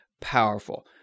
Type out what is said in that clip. powerful